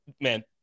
Man